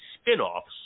spin-offs